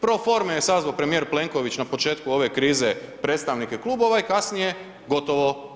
Pro forme je sazvo premijer Plenković na početku ove krize predstavnike klubova i kasnije gotovo.